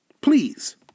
please